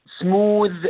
smooth